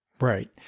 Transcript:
Right